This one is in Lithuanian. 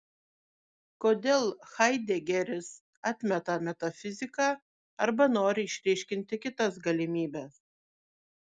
kodėl haidegeris atmeta metafiziką arba nori išryškinti kitas galimybes